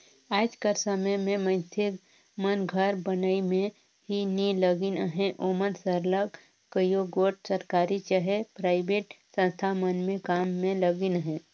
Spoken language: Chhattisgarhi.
आएज कर समे में मइनसे मन घर बनई में ही नी लगिन अहें ओमन सरलग कइयो गोट सरकारी चहे पराइबेट संस्था मन में काम में लगिन अहें